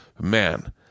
man